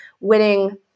winning